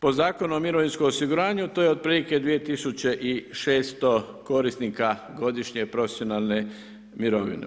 Po Zakonu o mirovinskom osiguranju, to je otprilike 2600 korisnika, godišnje profesionalne mirovine.